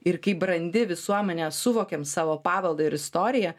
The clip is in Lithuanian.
ir kaip brandi visuomenė suvokiam savo paveldą ir istoriją